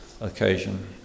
occasion